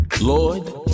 Lord